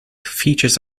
features